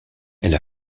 elle